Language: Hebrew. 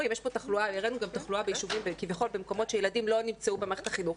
הראינו גם תחלואה כביכול במקומות שילדים לא נמצאו במערכת החינוך,